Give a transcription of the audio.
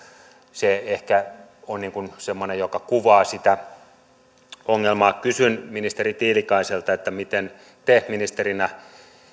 se ehkä on niin kuin semmoinen joka kuvaa sitä ongelmaa kysyn ministeri tiilikaiselta miten te ministerinä